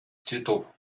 цветов